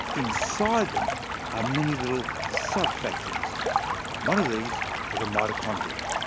inside them are many little sub-factories and one of these are the mitochondria.